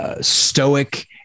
stoic